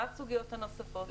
מה הסוגיות הנוספות.